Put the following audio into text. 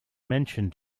mentioned